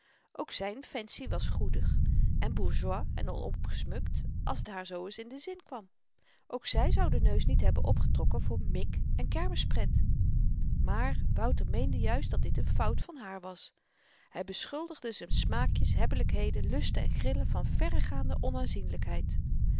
ook zyn fancy was goedig en bourgeois en onopgesmukt als t haar zoo ns in den zin kwam ook zy zou den neus niet hebben opgetrokken voor mik en kermispret maar wouter meende juist dat dit n fout van haar was hy beschuldigde z'n smaakjes hebbelykheden lusten en grillen van verregaande